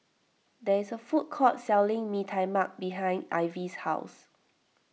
there is a food court selling Mee Tai Mak behind Ivie's house